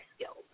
skills